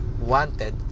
wanted